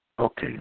Okay